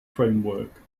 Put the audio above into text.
framework